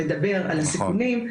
לדבר על הסיכונים.